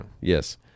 yes